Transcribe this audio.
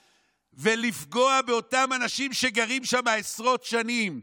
ולפגוע באותם אנשים שגרים שם עשרות שנים,